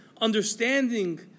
understanding